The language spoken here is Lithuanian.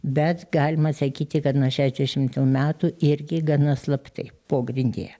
bet galima sakyti kad nuo šešiasdešimtų metų irgi gana slaptai pogrindyje